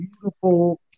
beautiful